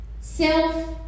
self